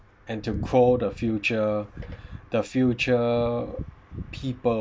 and to grow the future the future people